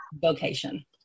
vocation